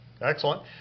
Excellent